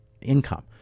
income